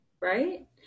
right